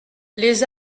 les